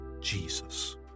Jesus